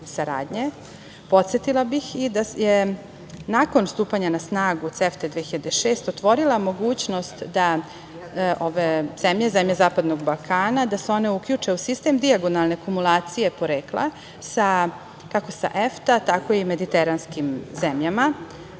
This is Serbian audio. saradnje. Podsetila bih i da je nakon stupanja na snagu CEFTA 2006. otvorila mogućnost da ove zemlje, zemlje Zapadnog Balkana da se one uključe u sistem dijagonalne kumunikacije porekla sa kako sa EFTA tako i mediteranskim zemljama.